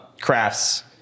crafts